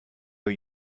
are